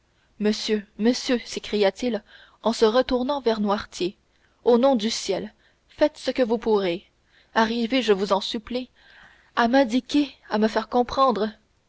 monsieur monsieur s'écria-t-il en se retournant vers noirtier au nom du ciel faites ce que vous pourrez arrivez je vous en supplie à m'indiquer à me faire comprendre